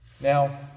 Now